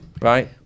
right